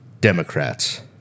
Democrats